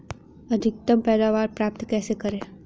अधिकतम पैदावार प्राप्त कैसे करें?